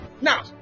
Now